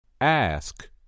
Ask